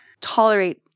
tolerate